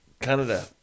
Canada